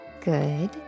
Good